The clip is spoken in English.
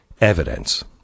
evidence